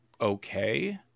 okay